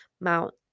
Mount